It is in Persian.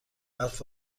برف